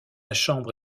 chambre